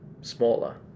smaller